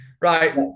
Right